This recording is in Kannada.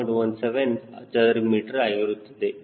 17 ಚದರ ಮೀಟರ್ ಆಗುತ್ತದೆ